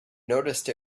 noticed